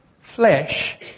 flesh